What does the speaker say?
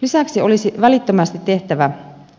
lisäksi olisi välittömästi tehtävä